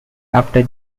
after